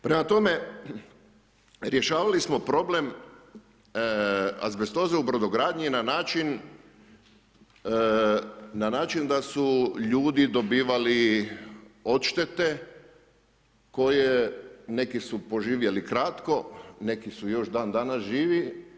Prema tome, rješavali smo problem azbestoze u Brodogradnji na način da su ljudi dobivali odštete koje, neki su poživjeli kratko, neki su još dan danas živi.